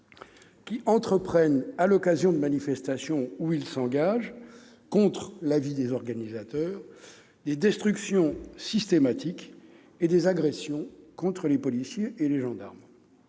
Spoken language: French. qui entreprennent, à l'occasion de manifestations où ils s'engagent et contre l'avis de leurs organisateurs, des destructions systématiques et des agressions contre les policiers et les gendarmes.